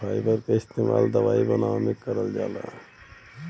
fibre क इस्तेमाल दवाई बनावे में करल जाला